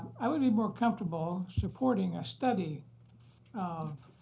i would be more comfortable supporting a study of